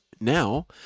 Now